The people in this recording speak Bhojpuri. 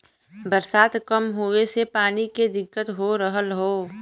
बरसात कम होए से पानी के दिक्कत हो रहल हौ